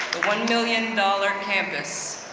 one million dollar campus.